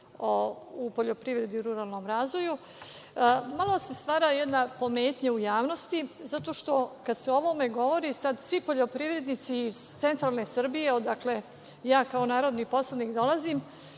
u poljoprivredi u ruralnom razvoju, malo se stvara jedna pometnja u javnosti, zato što kada se o ovome govori, sad svi poljoprivrednici iz Centralne Srbije, odakle ja, kao narodni poslanik dolazim,